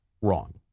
Wrong